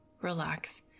relax